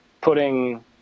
putting